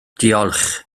diolch